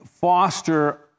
foster